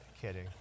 kidding